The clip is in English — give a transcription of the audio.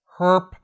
Herp